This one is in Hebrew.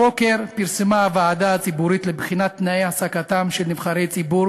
הבוקר פרסמה הוועדה הציבורית לבחינת תנאי העסקתם של נבחרי ציבור